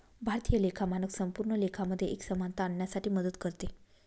भारतीय लेखा मानक संपूर्ण लेखा मध्ये एक समानता आणण्यासाठी मदत करते